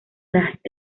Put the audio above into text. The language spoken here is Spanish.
las